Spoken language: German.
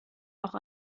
auch